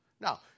Now